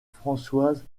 françoise